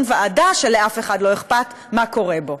ועדה שלאף אחד לא אכפת מה קורה בו.